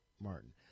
Martin